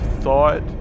thought